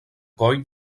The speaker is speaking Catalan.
coll